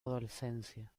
adolescencia